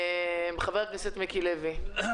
חבר הכנסת מיקי לוי, בבקשה.